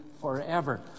forever